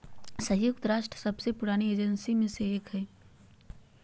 संयुक्त राष्ट्र सबसे पुरानी एजेंसी में से एक हइ